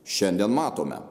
šiandien matome